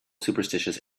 superstitious